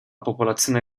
popolazione